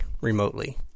remotely